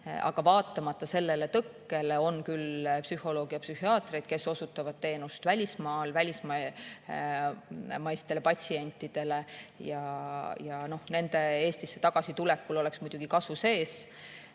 Aga vaatamata sellele tõkkele on küll psühholooge ja psühhiaatreid, kes osutavad teenust välismaal välismaistele patsientidele. Nende Eestisse tagasitulekul oleks meil muidugi kasu sees.